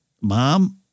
Mom